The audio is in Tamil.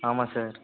ஆமாம் சார்